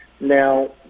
Now